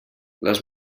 les